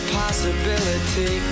possibility